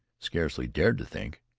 scarcely dared to think.